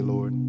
Lord